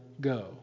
Go